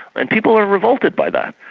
and people are revolted by that.